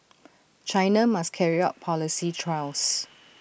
China must carry out policy trials